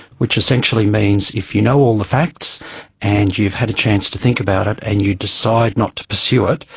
which essentially means if you know all the facts and you've had a chance to think about it and you decide not to pursue it,